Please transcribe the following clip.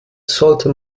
sollte